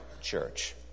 church